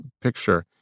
picture